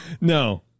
no